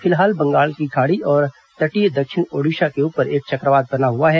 फिलहाल बंगाल की खाड़ी और तटीय दक्षिण ओडिशा के ऊपर एक चक्रवात बना हुआ है